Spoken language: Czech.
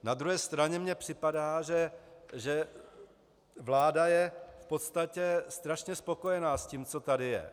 Na druhé straně mi připadá, že vláda je v podstatě strašně spokojená s tím, co tady je.